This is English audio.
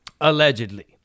Allegedly